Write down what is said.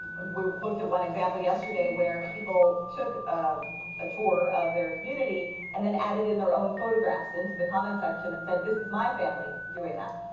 we looked at one example yesterday where people took a tour of their community and then added in their own photographs into the comments section and said, this is my family doing that.